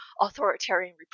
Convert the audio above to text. Authoritarian